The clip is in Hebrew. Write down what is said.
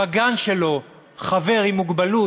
בגן שלו חבר עם מוגבלות,